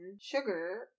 sugar